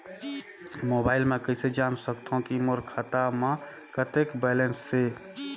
Mobile म कइसे जान सकथव कि मोर खाता म कतेक बैलेंस से?